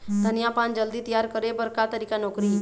धनिया पान जल्दी तियार करे बर का तरीका नोकरी?